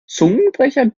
zungenbrecher